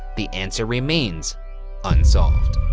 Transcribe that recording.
the answer remains unsolved.